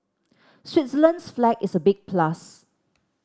Switzerland's flag is a big plus